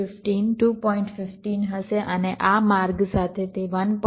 15 હશે અને આ માર્ગ સાથે તે 1